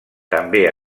també